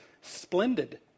splendid